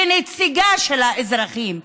כנציגה של האזרחים,